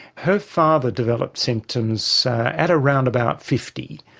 her father developed symptoms at around about fifty,